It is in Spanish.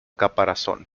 caparazón